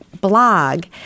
blog